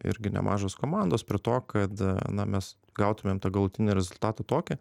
irgi nemažos komandos prie to kad na mes gautumėm tą galutinį rezultatą tokį